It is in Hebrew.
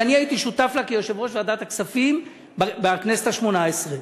שאני הייתי שותף לה כיושב-ראש ועדת הכספים בכנסת השמונה-עשרה,